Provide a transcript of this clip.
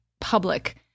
public